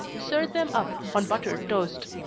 serve them up on buttered toast.